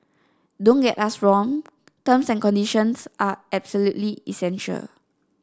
don't get us wrong terms and conditions are absolutely essential